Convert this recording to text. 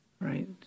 Right